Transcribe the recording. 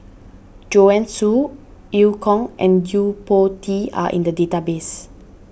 Joanne Soo Eu Kong and Yo Po Tee are in the database